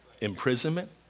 imprisonment